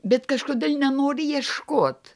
bet kažkodėl nenori ieškot